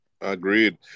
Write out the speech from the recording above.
Agreed